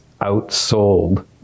outsold